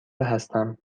هستم